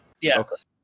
Yes